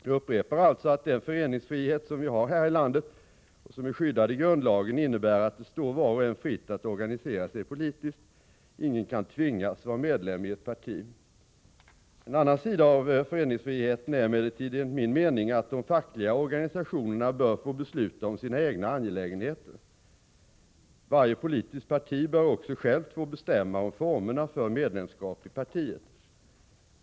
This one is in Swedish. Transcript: Jag upprepar alltså att den föreningsfrihet som vi har här i landet och som är skyddad i grundlagen innebär att det står var och en fritt att organisera sig politiskt. Ingen kan tvingas att vara medlem i ett parti. En annan sida av föreningsfriheten är emellertid enligt min mening att de fackliga organisationerna bör få besluta om sina egna angelägenheter. Varje politiskt parti bör också självt få bestämma om formerna för medlemskap i partiet.